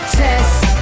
test